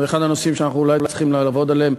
זה אחד הנושאים שאנחנו אולי צריכים לעבוד עליהם,